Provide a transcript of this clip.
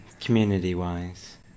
community-wise